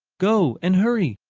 go, and hurry.